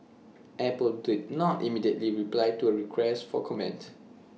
Apple did not immediately reply to A request for comment